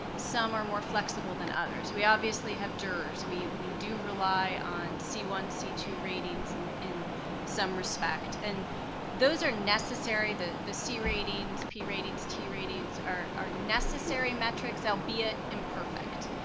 some are more flexible than others. we obviously have ders, we we do rely on c one, c two ratings and in some respect. and those are necessary, the the c ratings, p ratings, t ratings, are are necessary metrics, albeit imperfect.